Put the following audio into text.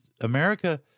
America